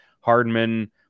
Hardman